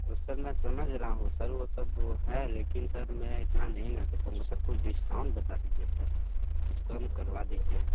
तो सर मैं समझ रहा हूँ सर वो सब है लेकिन सर मैं इतना नहीं ना दे पाउँगा सर कुछ डिस्काउंट बता दीजिए सर कुछ कम करवा दीजिए